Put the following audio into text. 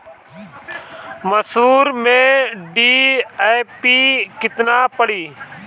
मसूर में डी.ए.पी केतना पड़ी?